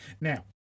now